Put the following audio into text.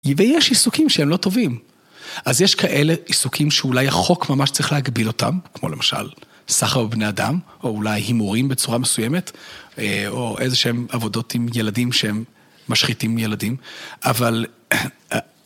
ויש עיסוקים שהם לא טובים, אז יש כאלה עיסוקים שאולי החוק ממש צריך להגביל אותם, כמו למשל סחר בבני אדם, או אולי הימורים בצורה מסוימת, או איזשהן עבודות עם ילדים שהם משחיתים ילדים, אבל...